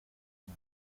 más